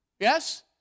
Yes